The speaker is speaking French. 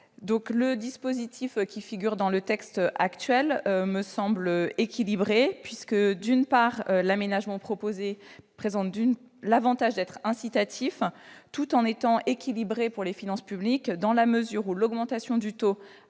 Le dispositif que nous avons proposé m'a semblé équilibré, puisque l'aménagement prévu présente l'avantage d'être incitatif, tout en étant équilibré pour les finances publiques, dans la mesure où l'augmentation du taux